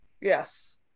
Yes